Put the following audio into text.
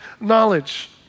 knowledge